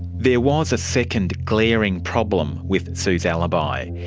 there was a second glaring problem with sue's alibi.